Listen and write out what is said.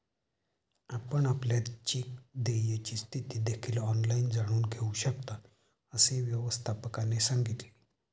आपण आपल्या चेक देयची स्थिती देखील ऑनलाइन जाणून घेऊ शकता, असे व्यवस्थापकाने सांगितले